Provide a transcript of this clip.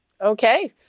Okay